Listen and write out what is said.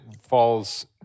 falls